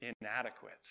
inadequate